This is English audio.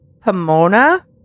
Pomona